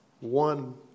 One